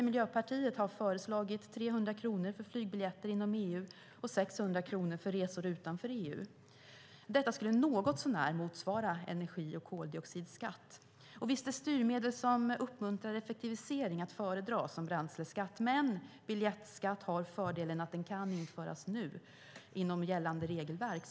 Miljöpartiet har föreslagit 300 kronor för flygbiljetter inom EU och 600 kronor för resor utanför EU. Detta skulle något så när motsvara energi och koldioxidskatt. Visst är styrmedel som uppmuntrar effektivisering att föredra, som bränsleskatt, men biljettskatt har fördelen att den kan införas nu inom gällande regelverk.